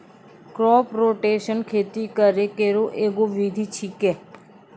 crop rotation खेती करै केरो एगो विधि छिकै